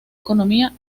economía